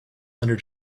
under